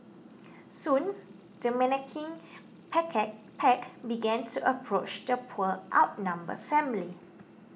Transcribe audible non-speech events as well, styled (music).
soon the menacing (unintelligible) pack began to approach the poor outnumbered family